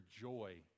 joy